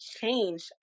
change